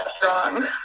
strong